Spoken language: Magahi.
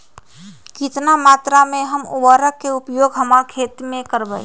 कितना मात्रा में हम उर्वरक के उपयोग हमर खेत में करबई?